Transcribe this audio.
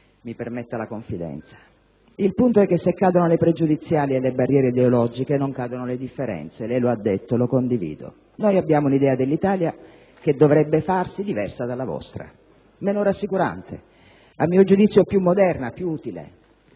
mi permetta la confidenza. Il punto è che se cadono le pregiudiziali e le barriere ideologiche, non cadono le differenze: lei lo ha detto e lo condivido. Noi abbiamo una idea dell'Italia che dovrebbe farsi diversa dalla vostra, meno rassicurante, a mio giudizio più moderna, più utile.